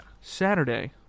Saturday